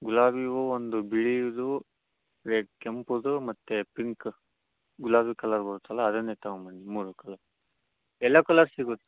ಗುಲಾಬಿ ಹೂ ಒಂದು ಬಿಳಿಯದು ರೆಡ್ ಕೆಂಪುದು ಮತ್ತು ಪಿಂಕ್ ಗುಲಾಬಿ ಕಲರ್ ಬರುತ್ತಲ್ಲ ಅದನ್ನೇ ತಗೊಂಡ್ಬನ್ನಿ ಮೂರು ಕಲ ಯಲ್ಲೋ ಕಲರ್ ಸಿಗುತ್ತಾ